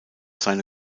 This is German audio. seine